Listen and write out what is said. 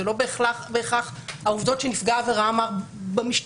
זה לא בהכרח העובדות שנפגע העבירה אמר במשטרה.